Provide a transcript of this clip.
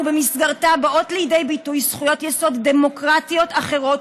ובמסגרתה באות לידי ביטוי זכויות יסוד דמוקרטיות אחרות,